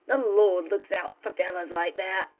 the lord looks out for fellows like that.